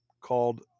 called